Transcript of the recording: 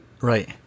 Right